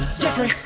Jeffrey